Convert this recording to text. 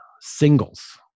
Singles